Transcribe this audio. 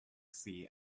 sea